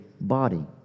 body